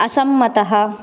असम्मतः